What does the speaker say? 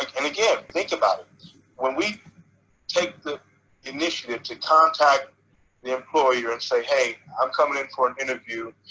like and again think about it when we take the initiative to contact the employer and say hey i'm coming in for an interview.